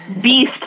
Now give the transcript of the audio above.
beast